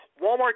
Walmart